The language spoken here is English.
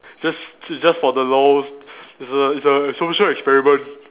just just for the lols it's a it's a social experiment